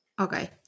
Okay